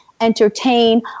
entertain